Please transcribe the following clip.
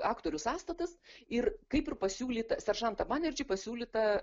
aktorių sąstatas ir kaip ir pasiūlyta seržantą banerdži pasiūlyta